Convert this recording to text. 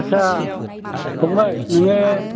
आदसा फंबाय नोङो